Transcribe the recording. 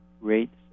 rates